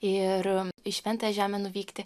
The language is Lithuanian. ir į šventąją žemę nuvykti